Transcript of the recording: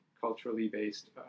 culturally-based